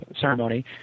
ceremony